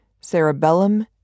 cerebellum